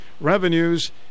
revenues